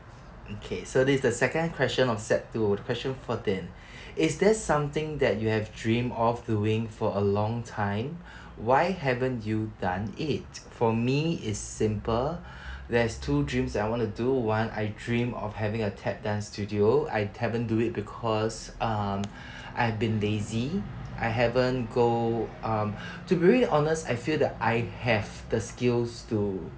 okay so this is the second question of set two or question fourteen is there something that you have dreamed of doing for a long time why haven't you done it for me it's simple there's two dreams that I wanna do one I dream of having a tap dance studio I haven't do it because um I've been lazy I haven't go um to be very honest I feel that I have the skills to